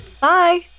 Bye